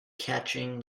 catching